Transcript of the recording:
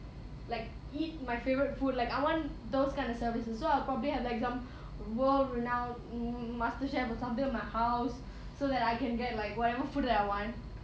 like eat my favourite food like I want those kind of services so I'll probably have like some world renowned master chef or something in my house so that I can get like whatever food that I want